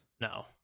No